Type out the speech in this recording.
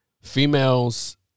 females